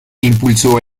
impulsó